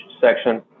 section